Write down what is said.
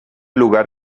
lugar